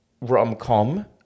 rom-com